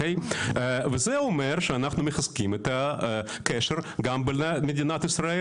זה אומר שאנחנו מחזקים את הקשר גם במדינת ישראל